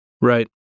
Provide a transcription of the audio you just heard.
Right